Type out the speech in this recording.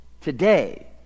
today